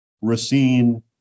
Racine